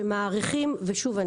ושוב,